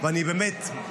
אני באמת,